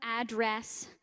address